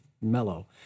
mellow